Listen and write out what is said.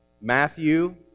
Matthew